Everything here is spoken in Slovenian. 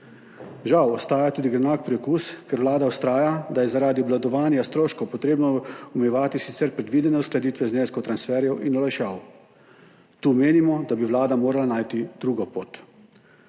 Žal ostaja tudi grenak priokus, ker vlada vztraja, da je zaradi obvladovanja stroškov treba omejevati sicer predvidene uskladitve zneskov transferjev in olajšav. Tu menimo, da bi vlada morala najti drugo pot.